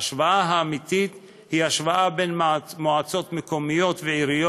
ההשוואה האמיתית היא השוואה בין מועצות מקומיות ועיריות